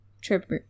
trip